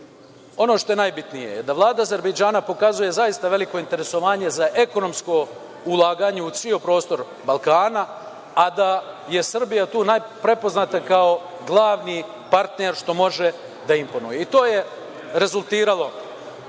što je najbitnije je da Vlada Azerbejdžana pokazuje zaista veliko interesovanje za ekonomsko ulaganje u ceo prostor Balkana, a da je Srbija tu prepoznata kao glavni partner, što može da imponuje. To je rezultiralo